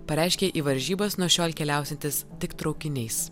pareiškė į varžybas nuo šiol keliausiantis tik traukiniais